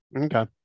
Okay